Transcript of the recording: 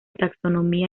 taxonomía